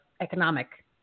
economic